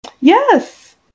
Yes